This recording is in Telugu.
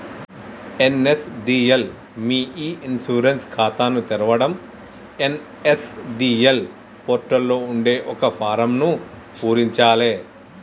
ఎన్.ఎస్.డి.ఎల్ మీ ఇ ఇన్సూరెన్స్ ఖాతాని తెరవడం ఎన్.ఎస్.డి.ఎల్ పోర్టల్ లో ఉండే ఒక ఫారమ్ను పూరించాలే